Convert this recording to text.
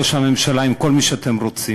ראש הממשלה עם כל מי שאתם רוצים,